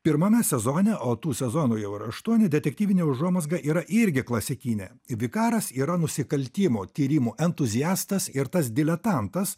pirmame sezone o tų sezonų jau yra aštuoni detektyvinė užuomazga yra irgi klasikinė vikaras yra nusikaltimo tyrimų entuziastas ir tas diletantas